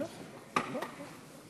אדוני